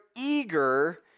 eager